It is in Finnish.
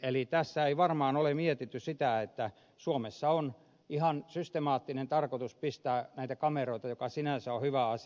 eli tässä ei varmaan ole mietitty sitä että suomessa on ihan systemaattinen tarkoitus asentaa näitä kameroita mikä sinänsä on hyvä asia